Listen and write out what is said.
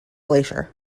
glacier